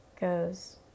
goes